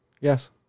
Yes